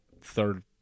third